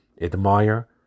admire